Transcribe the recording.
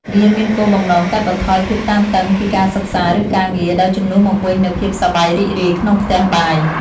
វាមានគោលបំណងកាត់បន្ថយភាពតានតឹងពីការសិក្សា ឬការងារ ដោយជំនួសមកវិញនូវភាពសប្បាយរីករាយក្នុងផ្ទះបាយ។